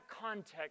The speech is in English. context